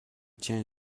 tient